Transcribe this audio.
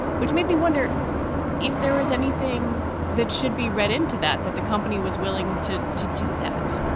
which made me wonder if there was anything that should be read into that, that the company was willing to to do that